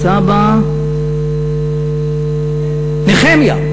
סבא, נחמיה.